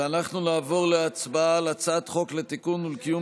אנחנו נעבור להצבעה על הצעת חוק לתיקון ולקיום